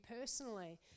personally